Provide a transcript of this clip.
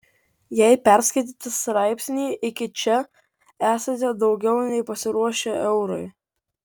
jei perskaitėte straipsnį iki čia esate daugiau nei pasiruošę eurui